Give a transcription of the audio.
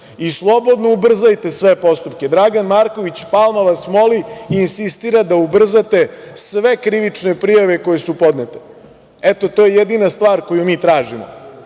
i slobodno ubrzajte sve postupke. Dragan Marković Palma vas moli i insistira da ubrzate sve krivične prijave koje su podnete. Eto, to je jedina stvar koju mi tražimo.